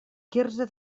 quirze